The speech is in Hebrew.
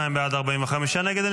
52 בעד, 45 נגד.